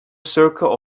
circle